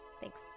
thanks